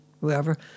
whoever